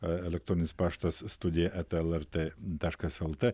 elektroninis paštas studija eta lrt taškas lt